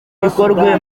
bikorwe